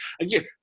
Again